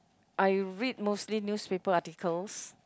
I read mostly newspaper articles